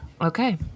Okay